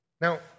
Now